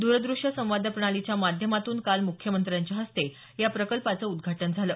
दरदृश्य संवाद प्रणालीच्या माध्यमातून काल मुख्यमंत्र्यांच्या हस्ते या प्रकल्पाचं उद्घाटन झालं